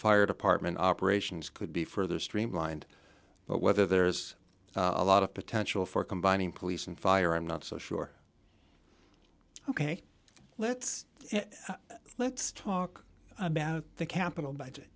fire department operations could be further streamlined but whether there's a lot of potential for combining police and fire i'm not so sure ok let's let's talk about the capital budget